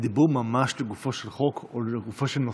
דיברו ממש לגופו של חוק או לגופו של נושא,